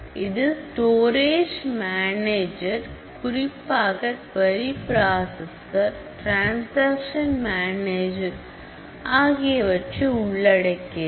இது stories manager குறிப்பாக query processor transaction manager ஆகியவற்றை உள்ளடக்கியது